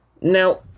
Now